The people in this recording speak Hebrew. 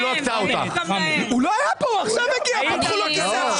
ואף פעם אני לא אשתיק אותך,